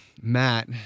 Matt